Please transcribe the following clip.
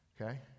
okay